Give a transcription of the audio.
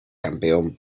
campeón